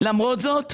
למרות זאת,